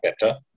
better